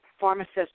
pharmacist